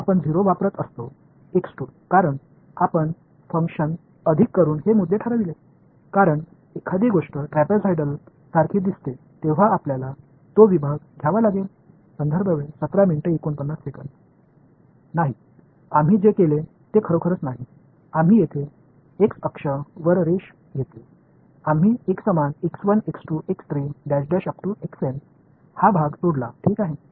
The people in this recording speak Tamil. மாணவர்செயல்பாட்டைப் பொறுத்துபுள்ளிகள் மாணவர் ஏனென்றால் நாம் 0 ஐப் பயன்படுத்தும் போது இந்த புள்ளிகளை அதிக செயல்பாடுகளால் தீர்மானித்தோம் ஏனென்றால் ஏதோ ஒரு ட்ரெப்சாய்டல் போல் இருப்பதால் அந்த பகுதியை நாம் எடுக்க வேண்டும் இல்லை உண்மையில் நாங்கள் என்ன செய்தோம் என்பது இங்கே x அச்சில் கோட்டை எடுத்தோம் இந்த புள்ளிகளை சீரான அளவில் வெட்டினோம்